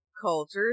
cultures